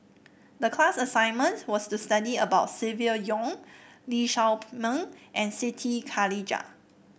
the class assignment was to study about Silvia Yong Lee Shao Meng and Siti Khalijah